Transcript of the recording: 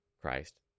christ